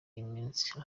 imisi